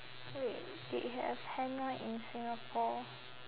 wait they have henna in singapore